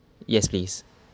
yes please